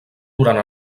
durant